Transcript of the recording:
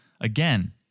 again